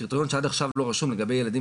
קריטריון שעד עכשיו לא רשום לגבי ילדים